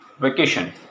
vacation